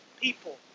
people